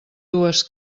dues